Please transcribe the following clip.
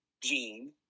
gene